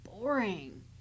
boring